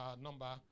number